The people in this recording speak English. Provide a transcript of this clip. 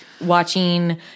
watching